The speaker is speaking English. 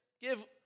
give